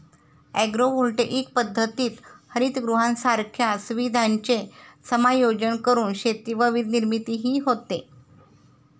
agrovoltaic पद्धतीत हरितगृहांसारख्या सुविधांचे समायोजन करून शेती व वीजनिर्मितीही होते